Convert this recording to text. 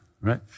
right